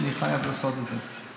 אני חייב לעשות את זה.